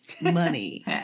money